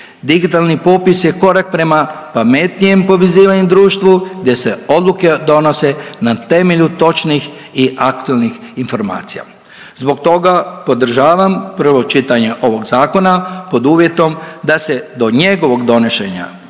Digitalni popis je korak prema pametnijem povezivanju u društvu gdje se odluke donose na temelju točnih i aktualnih informacija. Zbog toga podržavam prvo čitanje ovog zakona pod uvjetom da se do njegovog donošenja